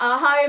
hi